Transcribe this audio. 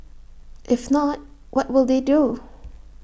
if not what will they do